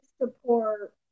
support